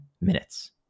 minutes